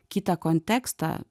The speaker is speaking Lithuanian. kitą kontekstą